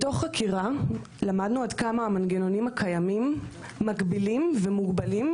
מתוך חקירה למדנו עד כמה המנגנונים הקיימים מגבילים ומוגבלים,